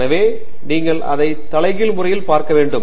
எனவே நீங்கள் அதை தலைகீழ் முறையில் பார்க்க வேண்டும்